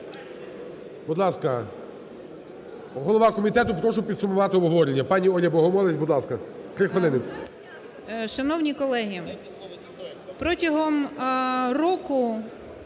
Шановні колеги, протягом року